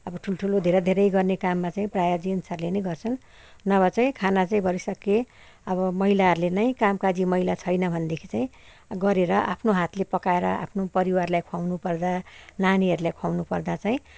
अब ठुल्ठुलो धेरै धेरै गर्ने काममा चाहिँ प्राय जेन्ट्सहरूले ने गर्छन् नभाए चाहिँ खाना चाहिँ भरसक अब महिलाहरूले नै कामकाजी महिला छैन भनेदेखि चाहिँ गरेर आफ्नो हातले पकाएर आफ्नो परिवारलाई खुवाउँनु पर्दा नानीहरूलाई खुवाउँनु पर्दा चाहिँ